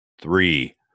three